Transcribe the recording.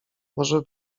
może